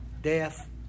death